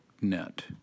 net